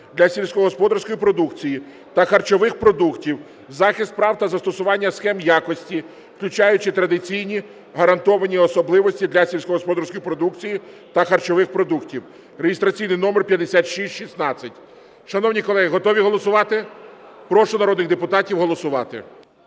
для сільськогосподарської продукції та харчових продуктів, захист прав та застосування схем якості, включаючи традиційні гарантовані особливості для сільськогосподарської продукції та харчових продуктів (реєстраційний номер 5616). Шановні колеги, готові голосувати? Прошу народних депутатів голосувати.